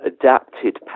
adapted